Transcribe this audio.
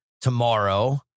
tomorrow